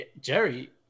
Jerry